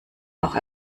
auch